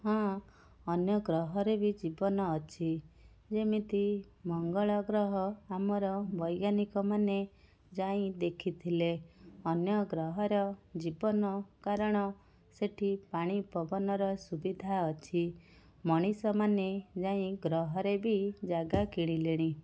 ହଁ ଅନ୍ୟ ଗ୍ରହରେ ବି ଜୀବନ ଅଛି ଯେମିତି ମଙ୍ଗଳ ଗ୍ରହ ଆମର ବୈଜ୍ଞାନିକ ମାନେ ଯାଇ ଦେଖିଥିଲେ ଅନ୍ୟ ଗ୍ରହର ଜୀବନ କାରଣ ସେଠି ପାଣି ପବନର ସୁବିଧା ଅଛି ମଣିଷମାନେ ଯାଇ ଗ୍ରହରେ ବି ଜାଗା କିଣିଲେଣି